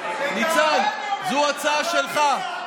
ניצן, זאת הצעה שלך.